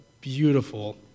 beautiful